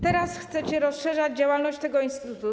Teraz chcecie rozszerzać działalność tego instytutu.